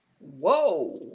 Whoa